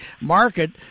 market